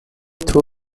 two